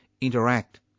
interact